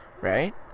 right